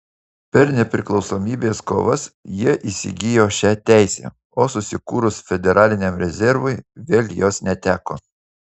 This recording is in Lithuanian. per nepriklausomybės kovas jie įgijo šią teisę o susikūrus federaliniam rezervui vėl jos neteko